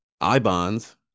I-bonds